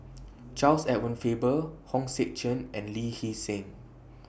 Charles Edward Faber Hong Sek Chern and Lee Hee Seng